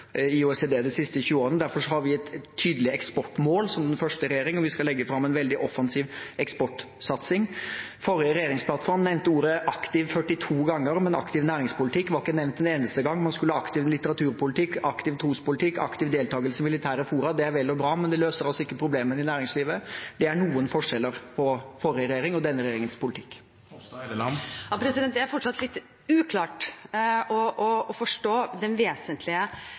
i OECD de siste 20 årene. Derfor har vi som første regjering et tydelig eksportmål, og vi skal legge fram en veldig offensiv eksportsatsing. Forrige regjeringsplattform nevnte ordet «aktiv» 42 ganger, men «aktiv næringspolitikk» var ikke nevnt en eneste gang. Man skulle ha aktiv litteraturpolitikk, aktiv trospolitikk og aktiv deltakelse i militære fora. Det er vel og bra, men det løser altså ikke problemene i næringslivet. Det er noen forskjeller på forrige regjerings og denne regjeringens politikk. Det er fortsatt litt uklart, å forstå den vesentlige